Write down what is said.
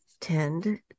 tend